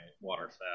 waterfowl